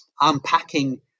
unpacking